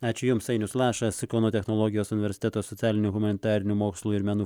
ačiū jums ainius lašas kauno technologijos universiteto socialinių humanitarinių mokslų ir menų